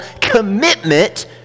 commitment